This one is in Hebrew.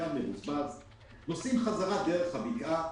נוסעים בחזרה דרך הבקעה,